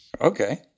Okay